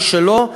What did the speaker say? מי שלא,